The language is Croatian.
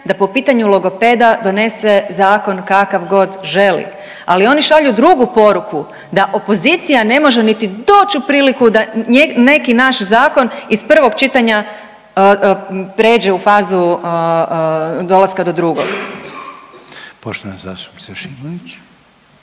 da po pitanju logopeda donese zakon kakav god želi. Ali oni šalju drugu poruku, da opozicija ne može niti doći u priliku da neki naš zakon iz prvog čitanja pređe u fazu dolaska do drugog. **Reiner, Željko